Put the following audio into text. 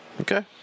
Okay